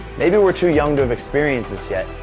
maybe we're too young to have experienced this yet,